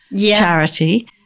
charity